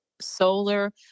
Solar